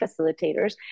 facilitators